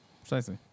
Precisely